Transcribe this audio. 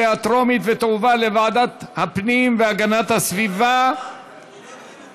ועדת חריגים הומניטרית להעסקת עובדי סיעוד מעבר לתקופה המותרת),